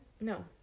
No